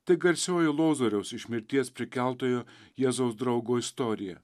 tai garsioji lozoriaus iš mirties prikeltojo jėzaus draugo istorija